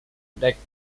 ontdekken